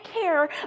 care